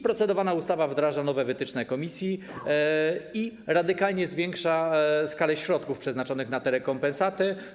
Procedowana ustawa wdraża nowe wytyczne Komisji i radykalnie zwiększa skalę środków przeznaczonych na te rekompensaty.